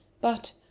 But